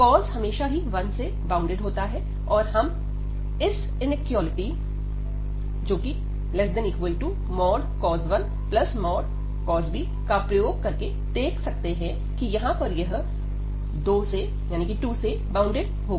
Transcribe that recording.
cos हमेशा ही 1 से बाउंडेड होता है तथा हम इस इनइक्वालिटी cos 1 cos b का प्रयोग करके देख सकते हैं कि यहां पर यह 2 से बाउंडेड होगा